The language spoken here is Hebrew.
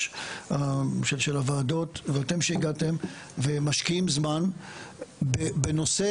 של הוועדות ואתם שהגעתם ומשקיעים זמן בנושא,